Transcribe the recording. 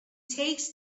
takes